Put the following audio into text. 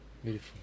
Beautiful